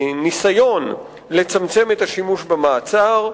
הניסיון לצמצם את השימוש במעצר,